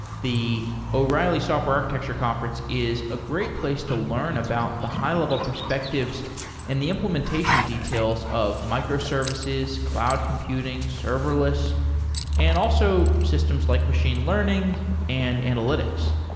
the o'reilly software architecture conference is a great place to learn about the high-level perspectives and the implementation details of microservices, cloud computing, serverless and also systems like machine learning and analytics.